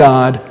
God